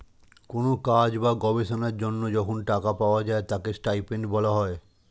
কোন কাজ বা গবেষণার জন্য যখন টাকা পাওয়া যায় তাকে স্টাইপেন্ড বলা হয়